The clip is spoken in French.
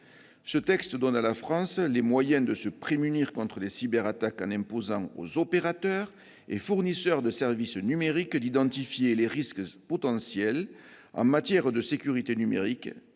de loi donne à la France les moyens de se prémunir contre les cyberattaques en imposant aux opérateurs et aux fournisseurs de services numériques d'identifier les risques potentiels en matière de sécurité numérique,